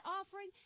offering